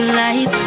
life